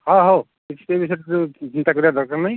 ହଁ ହେଉ କିଛି ବି ସେଥିରୁ ଚିନ୍ତା କରିବା ଦରକାର ନାଇଁ